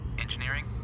Engineering